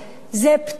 זה פטור,